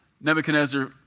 Nebuchadnezzar